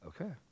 Okay